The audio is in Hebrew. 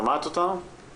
אנחנו